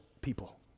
people